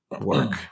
work